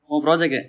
உன்:un project